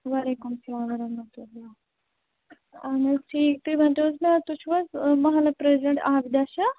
وعلیکُم سلام وَرحمتہ اللہ اَہَن حظ ٹھیٖک تُہۍ ؤنۍتو حظ مےٚ تُہۍ چھُو حظ محلہٕ پریٚذِڈنٛٹ آبدا شاہ